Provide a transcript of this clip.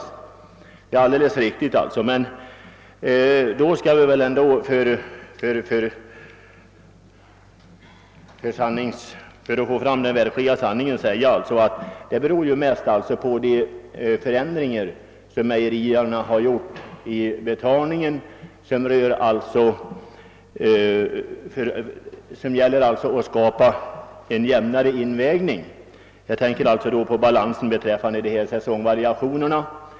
Det är alldeles riktigt, men jag vill i sanningens intresse nämna att den huvudsakliga anledningen härtill varit mejeriernas strävan att skapa en jämnare invägning för att motverka säsongvariationerna.